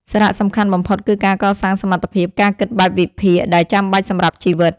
សារៈសំខាន់បំផុតគឺការកសាងសមត្ថភាព ការគិតបែបវិភាគ ដែលចាំបាច់សម្រាប់ជីវិត។